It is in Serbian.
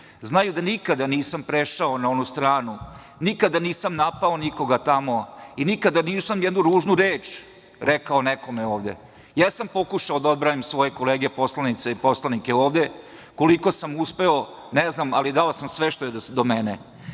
znaju da nikad nisam prešao na onu stranu, nikada nisam napao nikoga tamo i nikada nisam ni jednu ružnu reč rekao nekome ovde. Jesam pokušao da odbranim svoje kolege poslanice i poslanike ovde. Koliko sam uspeo ne znam, ali dao sam sve što je do